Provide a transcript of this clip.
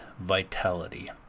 vitality